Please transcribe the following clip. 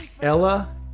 Ella